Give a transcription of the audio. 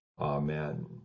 Amen